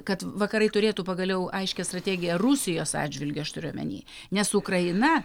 kad vakarai turėtų pagaliau aiškią strategiją rusijos atžvilgiu aš turiu omeny nes ukraina